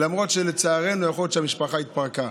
למרות שלצערנו יכול להיות שהמשפחה התפרקה.